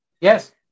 Yes